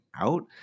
out